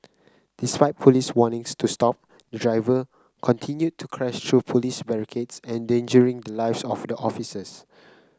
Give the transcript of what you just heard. despite Police warnings to stop the driver continued to crash through Police barricades endangering the lives of the officers